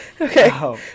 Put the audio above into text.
Okay